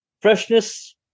freshness